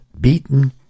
beaten